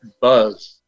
buzz